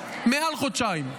מעל חודשיים.